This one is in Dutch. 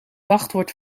wachtwoord